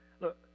look